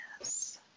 Yes